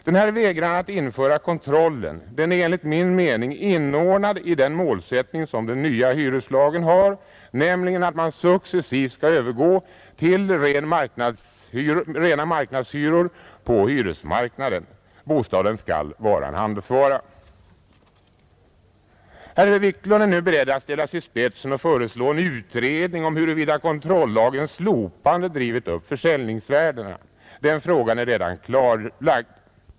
Denna vägran att åter införa kontroll är enligt min mening inordnad i den målsättning som den nya hyreslagen har, nämligen att man successivt skall övergå till rena marknadshyror på hyresmarknaden. Bostaden skall vara en handelsvara. Herr Wiklund är nu beredd att ställa sig i spetsen och föreslå en utredning om huruvida kontrollagens slopande drivit upp försäljningsvärdena. Den frågan är redan klarlagd.